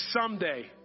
someday